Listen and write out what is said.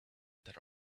their